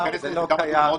זה לא קיים,